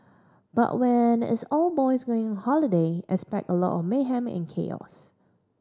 but when it's all boys going on holiday expect a lot of mayhem and chaos